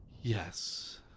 Yes